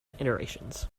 iterations